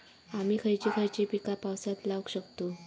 आम्ही खयची खयची पीका पावसात लावक शकतु?